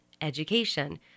education